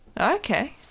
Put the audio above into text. Okay